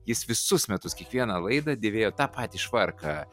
jis visus metus kiekvieną laidą dėvėjo tą patį švarką